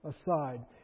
aside